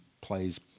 plays